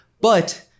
but-